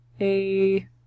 a-